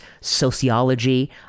sociology